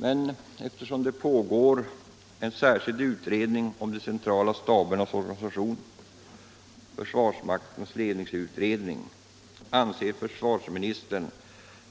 Men eftersom det pågår en särskild utredning om de centrala stabernas organisation — försvarsmaktens ledningsutredning — anser försvarsministern